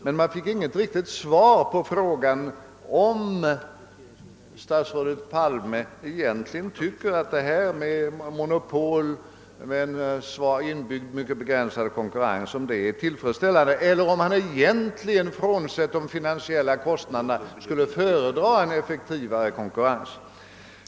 Man fick däremot inte något riktigt svar på frågan, om statsrådet Palme egentligen tycker att ett monopol med en inbyggd mycket begränsad konkurrens är tillfredsställande eller om han i själva verket — bortsett från de finansiella kostnaderna — skulle föredra en effektivare konkurrens.